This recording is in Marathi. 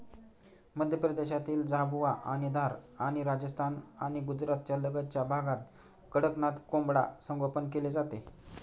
मध्य प्रदेशातील झाबुआ आणि धार आणि राजस्थान आणि गुजरातच्या लगतच्या भागात कडकनाथ कोंबडा संगोपन केले जाते